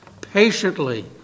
patiently